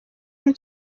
dem